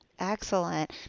Excellent